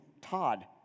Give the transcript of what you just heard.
Todd